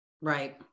right